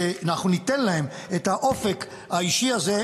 שאנחנו ניתן להם את האופק האישי הזה,